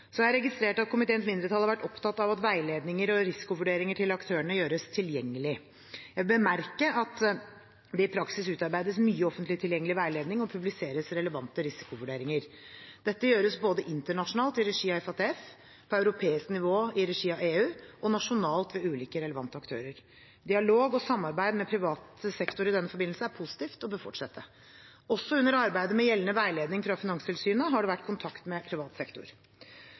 Jeg har registrert at komiteens mindretall har vært opptatt av at veiledninger og risikovurderinger til aktørene gjøres tilgjengelig. Jeg vil bemerke at det i praksis utarbeides mye offentlig tilgjengelig veiledning og publiseres relevante risikovurderinger. Dette gjøres både internasjonalt i regi av FATF, på europeisk nivå i regi av EU og nasjonalt ved ulike relevante aktører. Dialog og samarbeid med privat sektor i denne forbindelse er positivt og bør fortsette. Også under arbeidet med gjeldende veiledning fra Finanstilsynet har det vært kontakt med privat sektor.